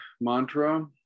mantra